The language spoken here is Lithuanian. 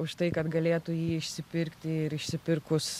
už tai kad galėtų jį išsipirkti ir išsipirkus